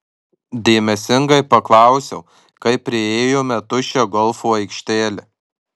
dėmesingai paklausiau kai priėjome tuščią golfo aikštelę